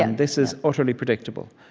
and this is utterly predictable.